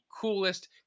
coolest